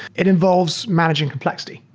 it involves managing complexity.